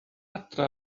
adre